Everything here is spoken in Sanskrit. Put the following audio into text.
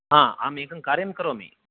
अहमेकं कार्यं करोमि